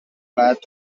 glad